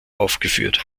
aufgeführt